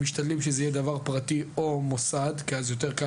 משתדלים שזה יהיה דבר פרטי או מוסד כי אז זה יותר קל.